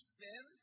sin